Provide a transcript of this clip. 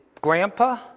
grandpa